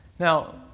Now